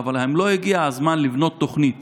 אבל האם לא הגיע הזמן לבנות תוכנית